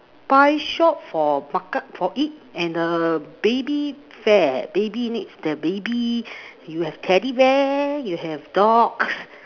pie shop for market for eat and err baby fair baby needs the baby you have teddy bear you have dogs